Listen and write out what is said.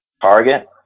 target